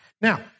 Now